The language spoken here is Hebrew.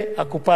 משרת קבע